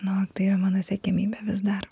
na tai yra mano siekiamybė vis dar